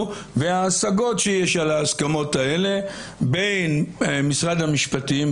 וההשגות שיש על ההסכמות האלה בין משרד המשפטים,